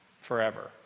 forever